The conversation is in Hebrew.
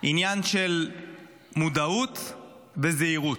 עניין של מודעות וזהירות.